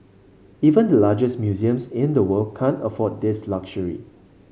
even the largest museums in the world can't afford this luxury